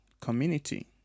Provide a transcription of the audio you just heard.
community